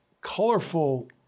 colorful